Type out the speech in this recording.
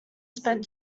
spent